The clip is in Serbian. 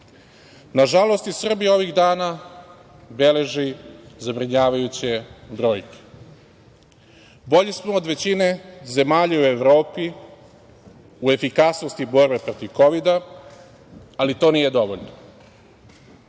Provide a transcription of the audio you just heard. Nažalost, i Srbija ovih dana beleži zabrinjavajuće brojke. Bolji smo od većine zemalja u Evropi u efikasnosti borbe protiv Kovida, ali to nije dovoljno.